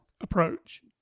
Approach